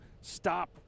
stop